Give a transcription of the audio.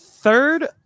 third